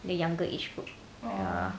the younger age group ya